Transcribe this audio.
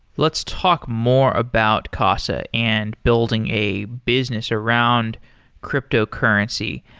let's talk more about casa and building a business around cryptocurrency.